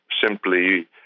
simply